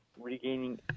regaining